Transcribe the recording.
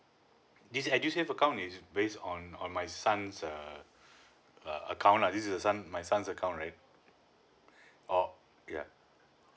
this edu save account is base on on my son's err uh account lah this is uh son my son's account right oh yeah